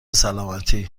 سلامتی